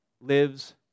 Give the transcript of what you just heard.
lives